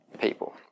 people